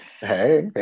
Hey